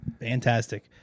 Fantastic